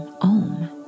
OM